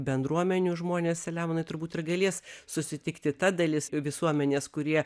bendruomenių žmonės selemonai turbūt ir galės susitikti ta dalis visuomenės kurie